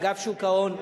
אגף שוק ההון,